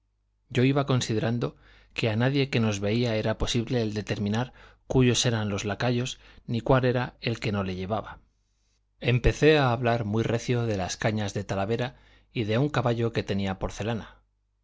yo iba considerando que a nadie que nos veía era posible el determinar cúyos eran los lacayos ni cuál era el que no le llevaba empecé a hablar muy recio de las cañas de talavera y de un caballo que tenía porcelana